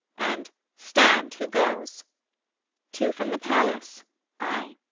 and stand, who goes two from the palace i.